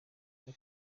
cyo